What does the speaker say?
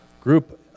group